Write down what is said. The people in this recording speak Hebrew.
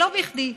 ולא בכדי.